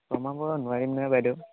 কমাব নোৱাৰিম নহয় বাইদেউ